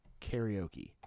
Karaoke